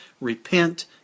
repent